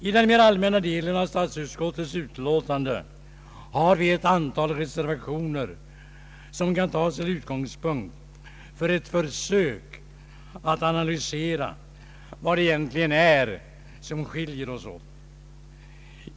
I den mer allmänna delen av statsutskottets utlåtande har vi ett antal reservationer, som kan tas till utgångspunkt för ett försök att analysera vad det egentligen är som skiljer oss åt.